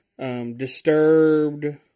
Disturbed